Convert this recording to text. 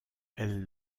elle